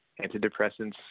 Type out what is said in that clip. antidepressants